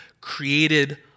created